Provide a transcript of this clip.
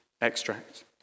extract